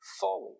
folly